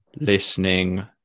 listening